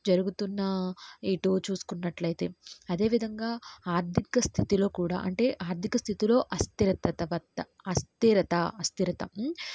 జరుగుతున్న ఇటు చూసుకున్నట్లయితే అదేవిధంగా ఆర్థిక స్థితిలో కూడా అంటే ఆర్థిక స్థితిలో అస్థిరతతవత్త అస్థిరత అస్థిరత